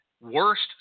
worst